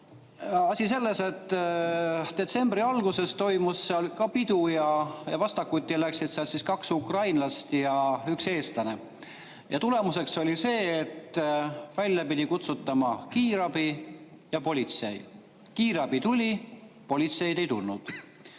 Asi selles, et detsembri alguses toimus seal ka pidu ning vastakuti läksid kaks ukrainlast ja üks eestlane. Tulemus oli see, et välja pidi kutsuma kiirabi ja politsei. Kiirabi tuli, politseid ei tulnud.